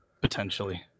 Potentially